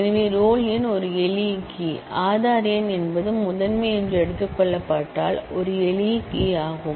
எனவே ரோல் எண் ஒரு எளிய கீ ஆதார் எண் என்பது முதன்மை என்று எடுத்துக் கொள்ளப்பட்டால் ஒரு எளிய கீ யாகும்